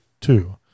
two